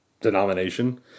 Denomination